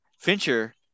Fincher